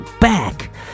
back